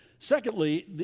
Secondly